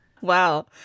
Wow